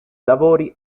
lavori